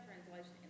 translation